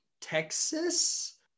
Texas